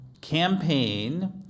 campaign